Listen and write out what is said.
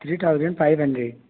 three thousand five hundred